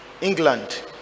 England